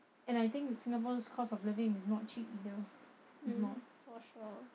and I think with singapore's cost of living is not cheap either it's not